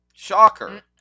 Shocker